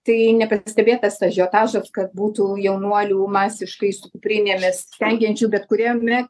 tai nepastebėtas ažiotažas kad būtų jaunuolių masiškai su kuprinėmis stengiančių bet kuriame